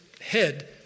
head